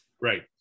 Right